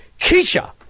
Keisha